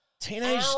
teenage